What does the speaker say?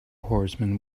horsemen